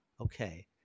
okay